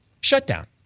shutdown